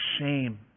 shame